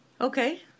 Okay